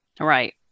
Right